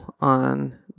on